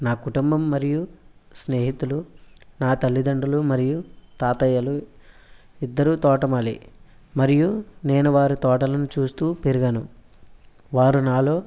నా కుటుంబం మరియు స్నేహితులు నా తల్లిదండ్రులు మరియు తాతయ్యలు ఇద్దరూ తోటమాలి మరియు నేను వారి తోటలను చూస్తూ పెరిగాను వారు నాలో